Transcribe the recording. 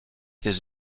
his